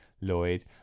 Lloyd